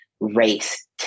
race